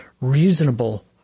reasonable